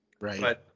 Right